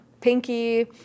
pinky